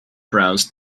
browsed